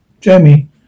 Jamie